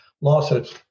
lawsuits